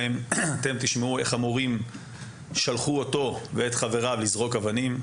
אתם תשמעו איך המורים שלחו אותו ואת חבריו לזרוק אבנים,